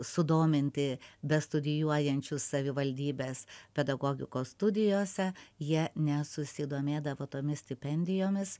sudominti bestudijuojančių savivaldybes pedagogikos studijose jie nesusidomėdavo tomis stipendijomis